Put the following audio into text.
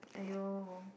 !aiyo!